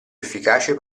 efficace